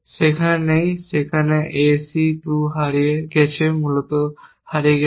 সেখানে নেই সেখানে A C 2 হারিয়ে গেছে মূলত হারিয়ে গেছে